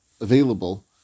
available